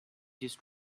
just